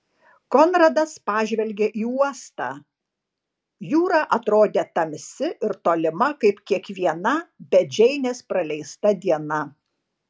konradas pažvelgė į uostą jūra atrodė tamsi ir tolima kaip kiekviena be džeinės praleista diena